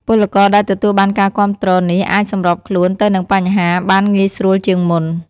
ពលករដែលទទួលបានការគាំទ្រនេះអាចសម្របខ្លួនទៅនឹងបញ្ហាបានងាយស្រួលជាងមុន។